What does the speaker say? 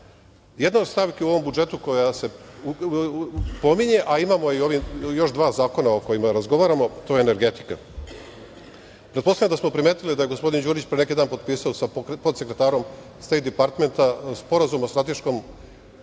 od stavki u ovom budžetu koja se pominje, a imamo još dva zakona o kojima razgovaramo, to je energetika. Pretpostavljam da smo primetili da je gospodin Đurić potpisao pre neki dan sa podsekretarom Stejt departmenta Sporazum o strateškoj